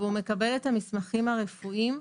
הוא מקבל את המסמכים הרפואיים,